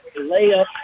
layup